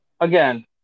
Again